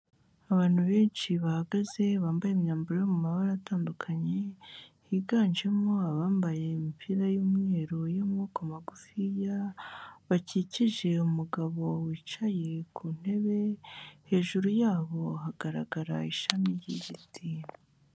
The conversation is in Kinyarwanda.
Abantu benshi bahagaze bambaye imyambaro yo mu mabara atandukanye, higanjemo abambaye imipira y'umweru y'amaboko magufiya, bakikije umugabo wicaye ku ntebe, hejuru yabo hagaragara ishami ry'igiti.